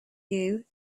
you